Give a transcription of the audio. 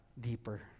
deeper